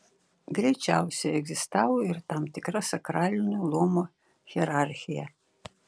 greičiausiai egzistavo ir tam tikra sakralinio luomo hierarchija